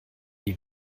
die